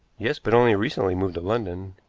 yes, but only recently moved to london.